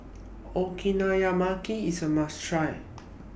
Okonomiyaki IS A must Try